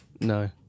No